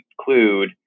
include